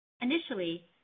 Initially